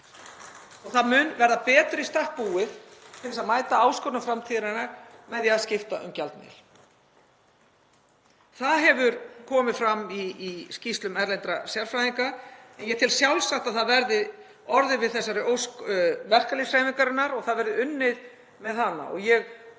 mun verða betur í stakk búið til að mæta áskorunum framtíðarinnar með því að skipta um gjaldmiðil. Þetta hefur komið fram í skýrslum erlendra sérfræðinga og ég tel sjálfsagt að það verði orðið við þessari ósk verkalýðshreyfingarinnar og það verði unnið með hana.